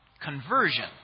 conversion